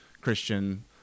Christian